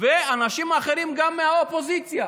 ואנשים אחרים מהאופוזיציה,